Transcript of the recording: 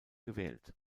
gewählt